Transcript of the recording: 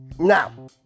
Now